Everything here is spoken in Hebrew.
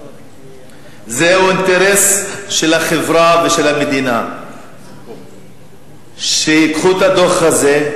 זהו אינטרס של החברה ושל המדינה שייקחו את הדוח הזה,